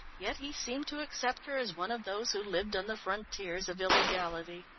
yet he seemed to accept her as one of those who lived on the frontiers of illegality.